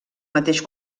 mateix